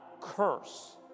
curse